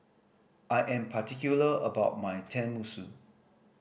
I am particular about my Tenmusu